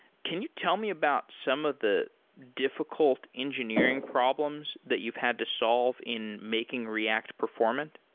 can you tell me about some of the difficult engineering problems that you've had to solve in making react performant?